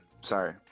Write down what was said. Sorry